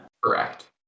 Correct